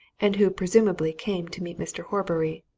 and who presumably came to meet mr. horbury.